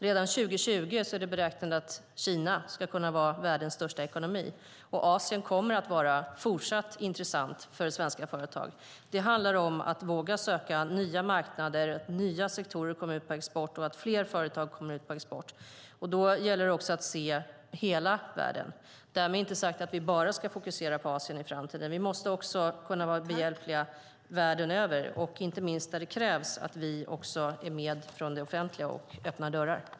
Redan 2020 är det beräknat att Kina ska kunna vara världens största ekonomi, och Asien kommer att vara fortsatt intressant för svenska företag. Det handlar om att våga söka nya marknader, att nya sektorer kommer ut på export och att fler företag kommer ut på export. Då gäller det också att se hela världen. Därmed inte sagt att vi bara ska fokusera på Asien i framtiden. Vi måste också kunna vara behjälpliga världen över och inte minst, där det krävs, vara med från det offentliga och öppna dörrar.